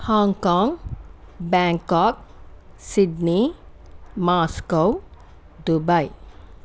Hong Kong Bangkok Sydney Moscow Dubai